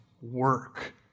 work